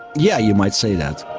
yeah you might say that.